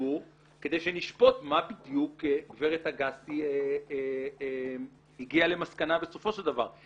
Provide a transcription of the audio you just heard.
לציבור כדי שנשפוט מה בדיוק גברת אגסי הגיעה למסקנה בסופו של דבר.